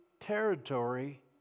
territory